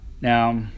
now